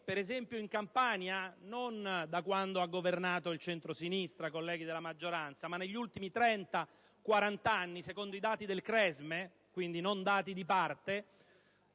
per esempio, in Campania non da quando ha governato il centrosinistra, colleghi della maggioranza, ma negli ultimi 30-40 anni, secondo i dati del CRESME (e non secondo dati di parte),